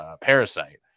parasite